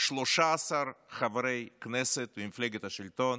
13 חברי כנסת ממפלגת השלטון,